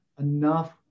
enough